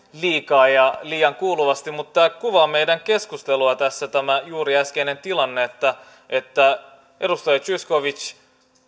liikaa ja liian kuuluvasti mutta meidän keskusteluamme kuvaa juuri tämä äskeinen tilanne että edustaja zyskowicz